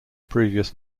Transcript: previous